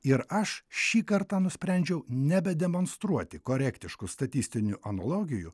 ir aš šį kartą nusprendžiau nebedemonstruoti korektiškų statistinių analogijų